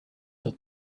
that